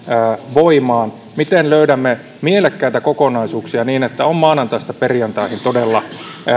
voimaan löydämme mielekkäitä kokonaisuuksia niin että on todella maanantaista perjantaihin